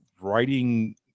writing